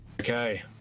Okay